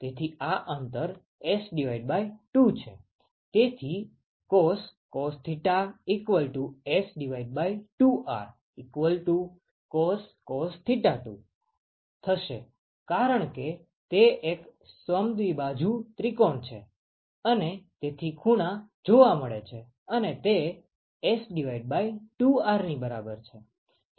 તેથી આ અંતર S2 છે તેથી cos S2Rcos 2 કારણ કે તે એક સમદ્વિબાજુ ત્રિકોણ છે અને તેથી ખૂણા જોવા મળે છે અને તે S2R ની બરાબર છે